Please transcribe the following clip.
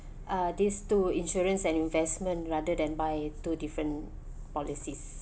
uh these two insurance and investment rather than buy two different policies